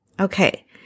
Okay